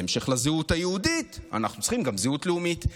בהמשך לזהות היהודית אנחנו צריכים גם זהות לאומית.